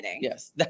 Yes